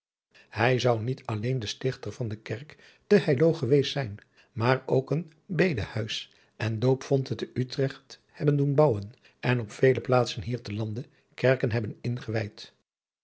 hij zou niet alleen de ftichter van de kerk te heiloo geweest zijn maar ook een bedehuis en doopvonte te utrecht hebben doen bouwen en op vele plaatsen hier te lande kerken hebben ingewijd